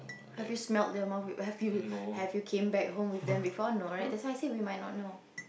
have you smelt your mouth have you have you came back home with them before no right that's why I say we might not know